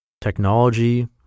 technology